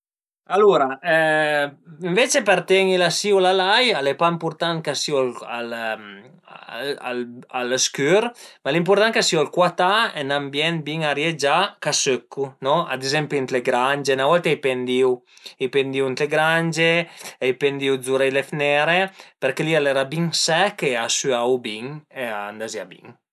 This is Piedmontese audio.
Alura ënveci për ten-i la sìula e l'ai al e pa ëmpurtant ch'a sìu a lë scür, ma l'impurtant ch'a sìu al cuatà, ën ün ambient bin ariegià ch'a sëccu, no, ad ezempi ën le grange. Üna volta i pendìu ën le grange, i pendìu zura le fënere përché li al era bin sech e a süau bin e a andazìa bin